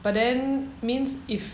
but then means if